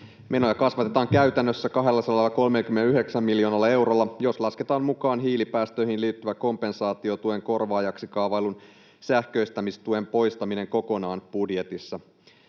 Menoja kasvatetaan käytännössä 239 miljoonalla eurolla, jos lasketaan mukaan hiilipäästöihin liittyvän kompensaatiotuen korvaajaksi kaavaillun sähköistämistuen poistaminen kokonaan budjetista.